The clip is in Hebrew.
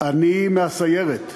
אני מהסיירת.